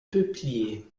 peupliers